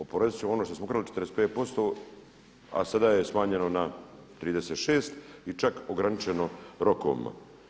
Oporezivat ćemo ono što smo ukrali 45%, a sada je smanjeno na 36 i čak ograničeno rokovima.